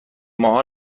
ماها